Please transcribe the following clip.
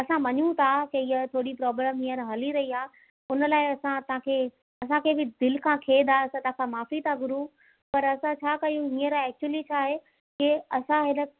असां मञूं था त हीअ थोरी प्रोब्लम हींअर हली रही आहे हुन लाइ असां तव्हांखे असांखे बि दिलि खां खेद आहे असां तव्हांखां माफ़ी था घुरूं पर असां छा कयूं हींअर एक्चुअली छाहे की असां हिन